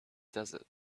desert